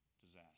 disaster